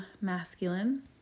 masculine